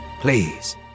Please